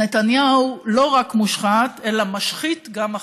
נתניהו לא רק מושחת אלא משחית גם אחרים.